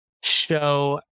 show